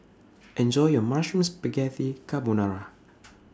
Enjoy your Mushroom Spaghetti Carbonara